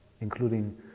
including